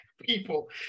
people